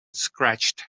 scratched